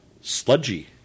sludgy